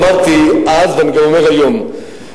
אמרתי אז ואני אומר גם היום,